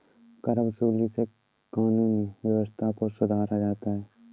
करवसूली से कानूनी व्यवस्था को सुधारा जाता है